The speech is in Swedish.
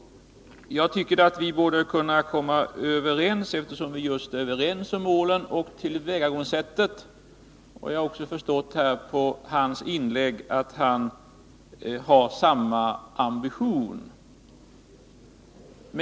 Jag tycker att vi borde kunna komma överens, eftersom vi är överens om just målen och tillvägagångsättet. Av hans inlägg har jag också förstått att han har samma ambition.